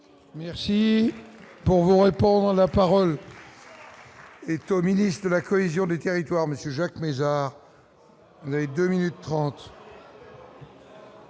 Merci pour vous répondre la parole.